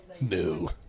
No